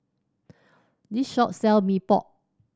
this shop sell Mee Pok